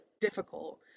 difficult